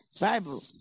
Bible